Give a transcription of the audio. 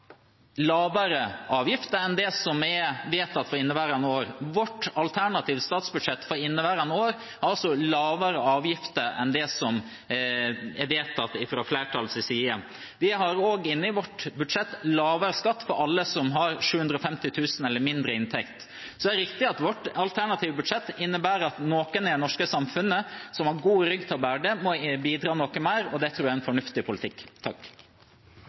lavere avgifter enn det som er vedtatt for inneværende år. Vårt alternative statsbudsjett for inneværende år har lavere avgifter enn det som er vedtatt fra flertallets side. Vi har også inne i vårt budsjett lavere skatt for alle som har 750 000 kr eller mindre i inntekt. Det er riktig at vårt alternative budsjett innebærer at noen i det norske samfunnet som har god rygg til å bære det, må bidra noe mer. Det tror jeg er en fornuftig politikk.